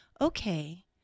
okay